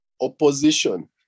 opposition